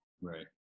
Right